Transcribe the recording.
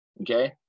Okay